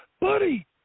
Buddy